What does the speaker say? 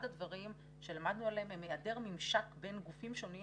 הדברים שלמדנו עליו הוא היעדר ממשק בין גופים שונים